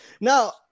Now